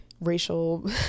racial